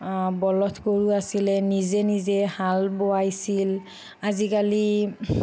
বলধ গৰু আছিলে নিজে নিজে হাল বোৱাইছিল আজিকালি